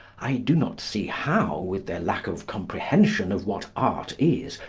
i do not see how, with their lack of comprehension of what art is,